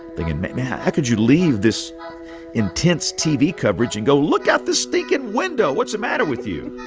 thinking, how could you leave this intense tv coverage and go look out the stinking window? what's the matter with you?